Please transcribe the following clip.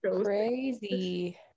Crazy